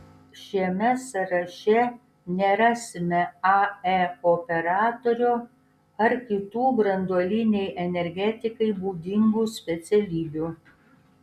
šiame sąraše nerasime ae operatorių ar kitų branduolinei energetikai būdingų specialybių